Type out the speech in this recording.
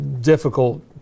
difficult